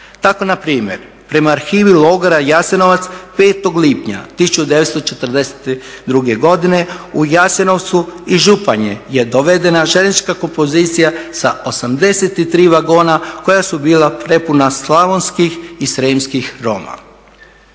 Tako na primjer prema arhivi logora Jasenovac 5. lipnja 1942. godine u Jasenovcu i Županji je dovedena željeznička kompozicija sa 83 vagona koja su bila prepuna slavonskih i srijemskih Roma.